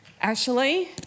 Ashley